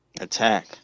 Attack